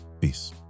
Peace